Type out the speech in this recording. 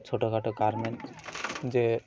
ছোটো খাটো গার্মেন্টস যে